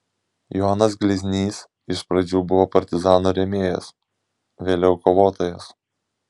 jonas gleiznys iš pradžių buvo partizanų rėmėjas vėliau kovotojas